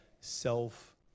self